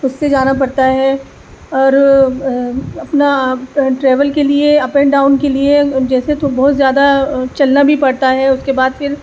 اس سے جانا پڑتا ہے اور اپنا ٹریول كے لیے اپ این ڈاؤن كے لیے جیسے تو بہت زیادہ چلنا بھی پڑتا ہے اس کے بعد پھر